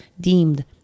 deemed